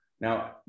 Now